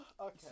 Okay